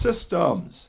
systems